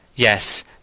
Yes